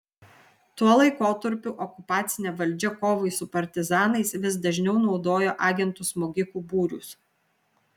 tuo laikotarpiu okupacinė valdžia kovai su partizanais vis dažniau naudojo agentų smogikų būrius